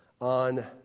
on